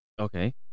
Okay